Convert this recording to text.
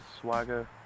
Swagger